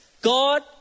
God